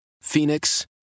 Phoenix